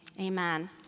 amen